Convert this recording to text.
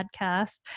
podcast